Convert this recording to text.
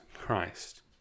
Christ